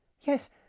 yes